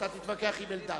אתה תתווכח עם אלדד.